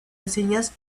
reseñas